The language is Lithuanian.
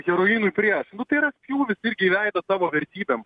heroinui prieš nu tai yra spjūvis irgi į veidą savo vertybėm